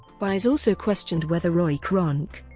baez also questioned whether roy kronk,